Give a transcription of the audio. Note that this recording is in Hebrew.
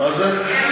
מה זה?